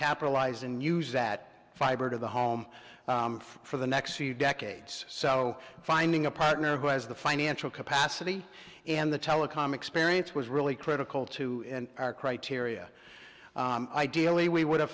capitalize and use that fiber to the home for the next few decades so finding a partner who has the financial capacity and the telecom experience was really critical to our criteria ideally we would have